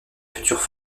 futures